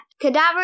cadaver